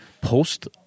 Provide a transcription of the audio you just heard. Post